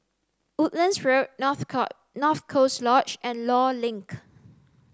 woodlands Road North North Coast Lodge and Law Link